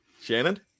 Shannon